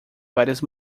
várias